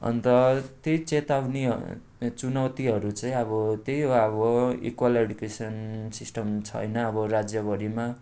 अन्त त्यही चेतावनी चुनौतीहरू चाहिँ अब त्यही हो अब इक्वेल एडुकेसन सिस्टम छैन अब राज्यभरिमा